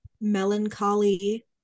melancholy